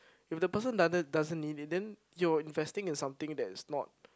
if the person doesn't doesn't need it then your investing is something that is not